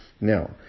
Now